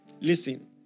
Listen